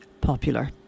popular